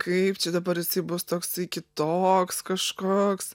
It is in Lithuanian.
kaip čia dabar jisai bus toksai kitoks kažkoks